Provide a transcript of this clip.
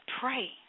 pray